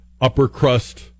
upper-crust